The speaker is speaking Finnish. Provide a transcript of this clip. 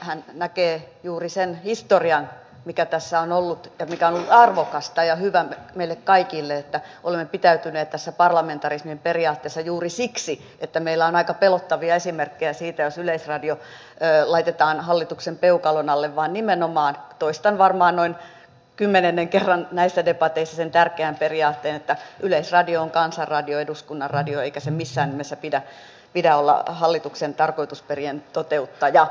hän näkee juuri sen historian mikä tässä on ollut ja mikä on ollut arvokasta ja hyvä meille kaikille se että olemme pitäytyneet tässä parlamentarismin periaatteessa juuri siksi että meillä on aika pelottavia esimerkkejä siitä jos yleisradio laitetaan hallituksen peukalon alle vaan nimenomaan toistan varmaan noin kymmenennen kerran näissä debateissa sen tärkeän periaatteen yleisradio on kansan radio eduskunnan radio eikä sen missään nimessä pidä olla hallituksen tarkoitusperien toteuttaja